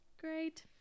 Great